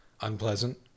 unpleasant